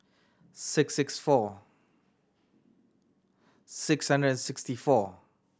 six six four